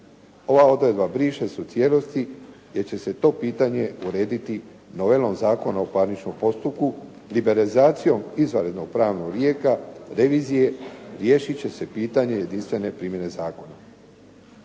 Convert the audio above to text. Ova odredba briše se u cijelosti, jer će se to pitanje urediti novelom Zakona o parničnom postupku, ...Govornik se ne razumije./… izvanrednog pravnog lijeka, revizije, riješit će se pitanje jedinstvene primjene zakona.